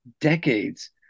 decades